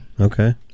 Okay